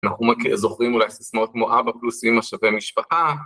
אנחנו מכי... זוכרים, אולי, סיסמאות כמו "אבא פלוס אימא שווה משפחה"...